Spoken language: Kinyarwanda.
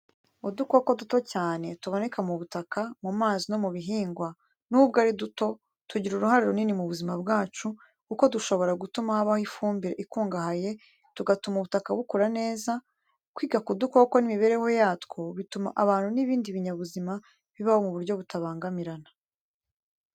Udukoko duto cyane tuboneka ku butaka, mu mazi no mu bihingwa. Nubwo ari duto, tugira uruhare runini mu buzima bwacu kuko dushobora gutuma habaho ifumbire ikungahaye, tugatuma ubutaka bukura neza. Kwiga ku dukoko n’imibereho yatwo, bituma abantu n’ibindi binyabuzima bibaho mu buryo butabangamirana.